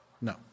No